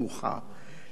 לשם השוואה,